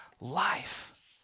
life